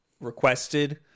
requested